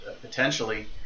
potentially